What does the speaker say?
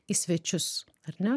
į svečius ar ne